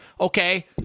Okay